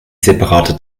separate